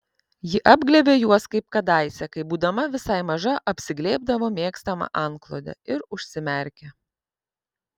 ji apglėbė juos kaip kadaise kai būdama visai maža apsiglėbdavo mėgstamą antklodę ir užsimerkė